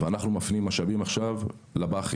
ואנחנו מפנים עכשיו משאבים לבא"חים.